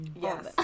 Yes